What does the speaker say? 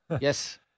yes